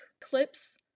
clips